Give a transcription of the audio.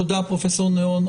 תודה, פרופ' נהון.